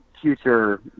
future